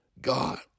God